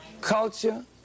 culture